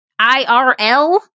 IRL